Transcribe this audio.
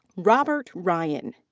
robert ryan.